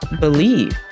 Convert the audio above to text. believe